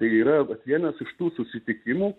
tai yra vienas iš tų susitikimų